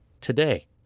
today